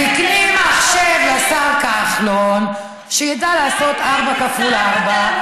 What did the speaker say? תקני מחשב לשר כחלון שידע לעשות 4x4,